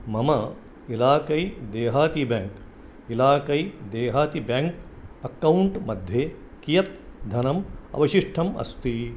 मम इलाकै देहाती बैङ्क् इलाकै देहाती बैङ्क् अक्कौण्ट् मध्ये कीयत् धनम् अवशिष्टम् अस्ति